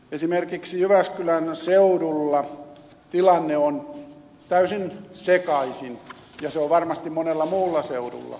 esimerkiksi jyväskylän seudulla tilanne on täysin sekaisin ja se on varmasti sekaisin monella muullakin seudulla